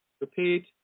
Repeat